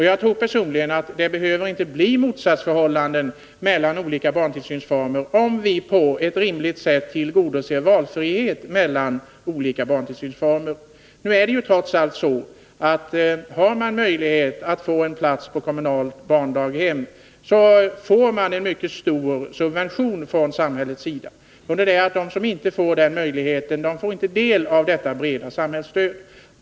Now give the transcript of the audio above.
Jag tror personligen att det inte behöver uppstå motsatsförhållanden om vi på ett rimligt sätt tillgodoser valfrihet mellan olika barntillsynsformer. Det är trots allt så att den som har möjlighet att få en plats på kommunalt barndaghem får en mycket stor subvention från samhällets sida under det att den som inte får den möjligheten inte får del av detta breda samhällsstöd.